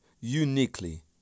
uniquely